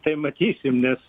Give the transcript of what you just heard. tai matysim nes